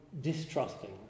distrusting